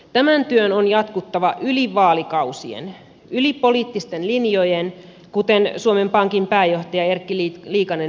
tämän työn on jatkuttava yli vaalikausien yli poliittisten linjojen kuten suomen pankin pääjohtaja erkki liikanen vetosi